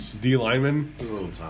D-Lineman